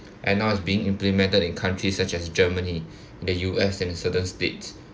and now is being implemented in countries such as germany and the U_S in the certain states